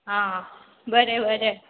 आं बरें बरें